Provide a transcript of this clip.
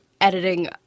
editing